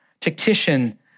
tactician